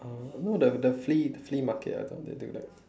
uh no the the flea the flea market ah up on they do that